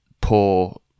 poor